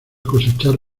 cosechar